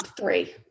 Three